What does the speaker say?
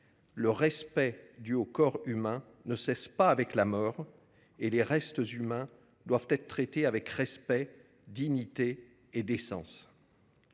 le respect dû au corps humain ne cesse pas avec la mort » et « les restes humains doivent être traités avec respect, dignité et décence